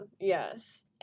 yes